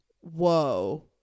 whoa